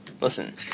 Listen